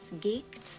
Geeks